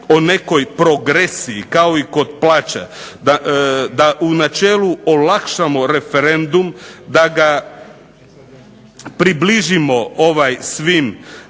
o nekoj progresiji kao i kod plaća, da u načelu olakšamo referendum, da ga približimo svim